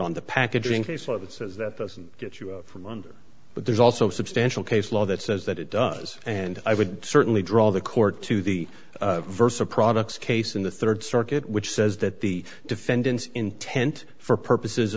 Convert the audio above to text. on the packaging case law that says that doesn't get you for months but there's also substantial case law that says that it does and i would certainly draw the court to the versa products case in the rd circuit which says that the defendants intent for purposes